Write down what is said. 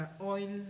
oil